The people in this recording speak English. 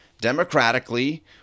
democratically